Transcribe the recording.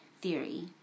theory